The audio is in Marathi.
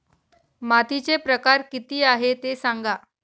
मातीचे प्रकार किती आहे ते सांगा